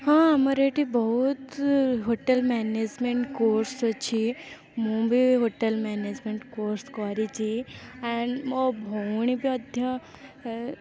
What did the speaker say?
ହଁ ଆମର ଏଇଠି ବହୁତ ହୋଟେଲ୍ ମ୍ୟାନେଜମେଣ୍ଟ୍ କୋର୍ସ୍ ଅଛି ମୁଁ ବି ହୋଟେଲ୍ ମ୍ୟାନେଜମେଣ୍ଟ୍ କୋର୍ସ୍ କରିଛି ଆଣ୍ଡ୍ ମୋ ଭଉଣୀ ମଧ୍ୟ ଏ